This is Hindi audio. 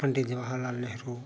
पंडित जवाहरलाल नेहरू